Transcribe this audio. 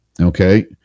okay